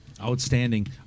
Outstanding